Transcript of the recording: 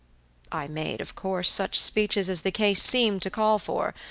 i made, of course, such speeches as the case seemed to call for,